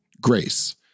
grace